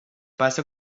passa